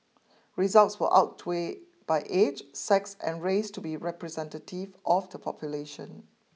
results were outweighed by age sex and race to be representative of the population